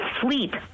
sleep